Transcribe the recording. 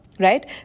Right